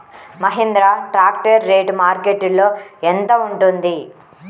Mahindra tractor rate మార్కెట్లో యెంత ఉంటుంది?